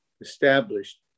established